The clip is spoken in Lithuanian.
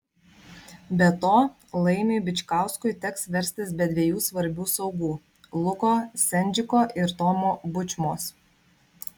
be to laimiui bičkauskui teks verstis be dviejų svarbių saugų luko sendžiko ir tomo bučmos